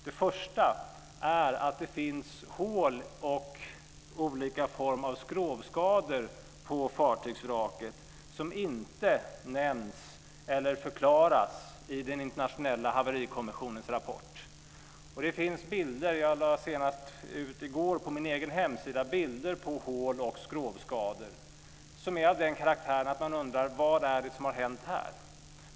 Den första är att det finns hål och olika former av skrovskador på fartygsvraket som inte nämns eller förklaras i den internationella haverikommissionens rapport. Det finns bilder. Senast i går lade jag på min egen hemsida ut bilder på hål och skrovskador som är av den karaktären att man undrar: Vad är det som har hänt här?